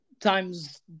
times